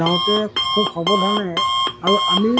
যাওঁতে খুব সৱধানে আৰু আমি